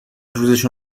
روزشو